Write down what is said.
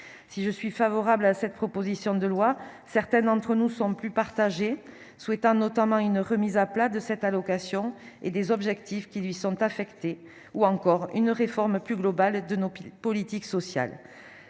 si je suis favorable à cette proposition de loi, certaines d'entre nous sont plus partagés, souhaitant notamment une remise à plat de cette allocation et des objectifs qui lui sont affectés ou encore une réforme plus globale et de nos piles politique sociale